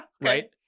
Right